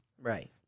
right